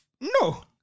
No